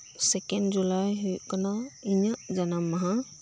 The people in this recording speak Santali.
ᱥᱮᱠᱮᱱᱰ ᱡᱩᱞᱟᱭ ᱦᱳᱭᱳᱜ ᱠᱟᱱᱟ ᱤᱧᱟᱹᱜ ᱡᱟᱱᱟᱢ ᱢᱟᱦᱟ